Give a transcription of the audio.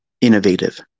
innovative